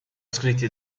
scritti